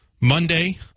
Monday